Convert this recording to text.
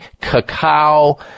cacao